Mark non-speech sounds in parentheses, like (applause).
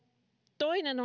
toinen (unintelligible)